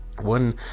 One